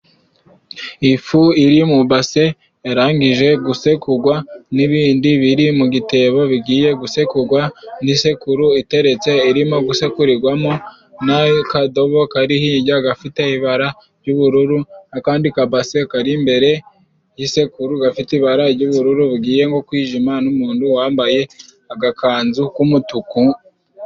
Ifu iri mu base yarangije gusekugwa, n'ibindi biri mu gitebo bigiye gusekugwa n'isekuro iteretse irimo gusekurigwamo, n'akadobo kari hijya gafite ibara jy'ubururu ,akandi kabase kari imbere y'isekuro gafite ibara ry'ubururu bugiye ngo kwijima n'umundu wambaye agakanzu k'umutuku....